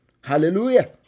hallelujah